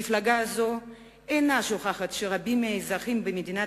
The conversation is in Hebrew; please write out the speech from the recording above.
מפלגה זו אינה שוכחת שרבים מהאזרחים במדינת